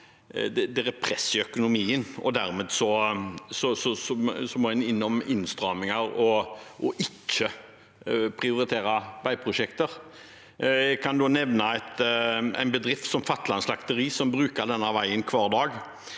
er press i økonomien, og at man dermed må ha innstramminger og ikke prioritere veiprosjekter. Jeg kan nevne en bedrift som Fatland slakteri, som bruker denne veien hver dag.